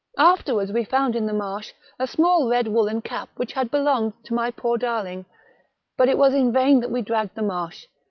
afterwards we found in the marsh a small red woollen cap which had belonged to my poor darling but it was in vain that we dragged the marsh,